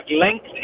length